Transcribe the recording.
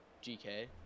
gk